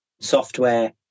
software